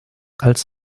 als